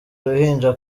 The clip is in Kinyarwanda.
uruhinja